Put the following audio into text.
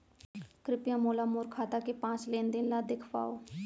कृपया मोला मोर खाता के पाँच लेन देन ला देखवाव